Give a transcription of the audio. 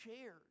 shared